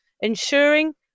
ensuring